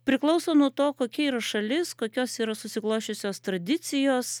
priklauso nuo to kokia yra šalis kokios yra susiklosčiusios tradicijos